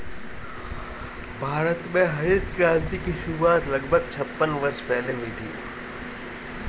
भारत में हरित क्रांति की शुरुआत लगभग छप्पन वर्ष पहले हुई थी